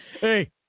Hey